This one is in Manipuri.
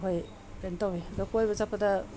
ꯑꯩꯈꯣꯏ ꯀꯩꯅꯣ ꯇꯧꯏ ꯑꯗꯣ ꯀꯣꯏꯕ ꯆꯠꯄꯗ